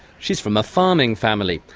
she's from a farming family.